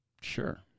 Sure